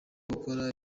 gukora